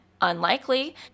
Unlikely